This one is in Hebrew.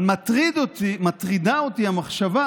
אבל מטרידה אותי המחשבה